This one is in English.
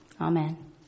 Amen